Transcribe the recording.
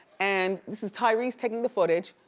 and this is tyrese taking the footage.